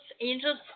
angels